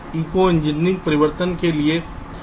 ECO engineering परिवर्तन के लिए है